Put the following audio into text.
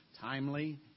timely